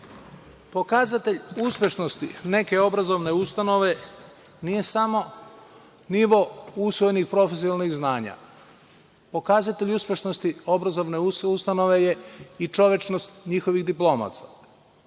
pitanja. Pokazatelj uspešnosti neke obrazovne ustanove nije samo nivo usvojenih profesionalnih znanja. Pokazatelj uspešnosti obrazovne ustanove je i čovečnost njihovih diplomaca.